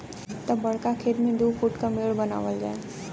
तब बड़का खेत मे दू दू फूट के मेड़ बनावल जाए